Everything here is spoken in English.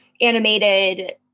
animated